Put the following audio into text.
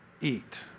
eat